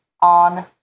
on